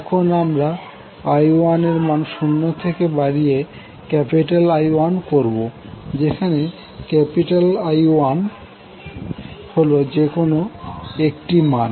এখন আমরা i1 এর মান শূন্য থেকে বাড়িয়ে I1করবো যেখানে I1হল যেকোনো একটি মান